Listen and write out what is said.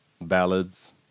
ballads